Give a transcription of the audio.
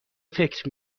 فکر